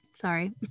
sorry